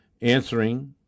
answering